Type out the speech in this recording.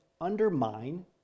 undermine